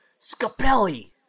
Scapelli